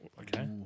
okay